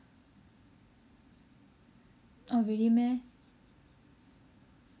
oh really meh